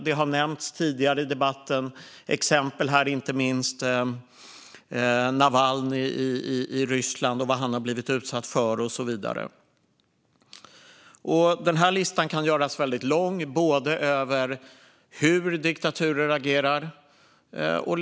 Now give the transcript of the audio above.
Det har nämnts exempel tidigare i debatten här, inte minst vad Navalnyj i Ryssland har blivit utsatt för och så vidare. Listan över hur diktaturer agerar kan göras lång.